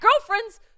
girlfriend's